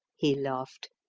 he laughed,